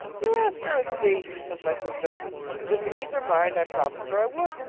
you ask her and see says my sister and just to ease her mind i promised her i would.